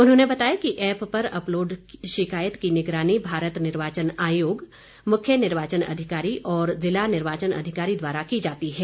उन्होंने बताया कि ऐप पर अपलोड शिकायत की निगरानी भारत निर्वाचन आयोग मुख्य निर्वाचन अधिकारी और जिला निर्वाचन अधिकारी द्वारा की जाती है